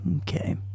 Okay